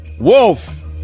Wolf